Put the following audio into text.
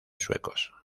suecos